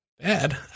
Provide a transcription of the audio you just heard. Bad